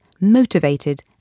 motivated